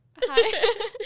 hi